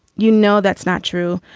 you know, that's not true.